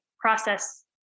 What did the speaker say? process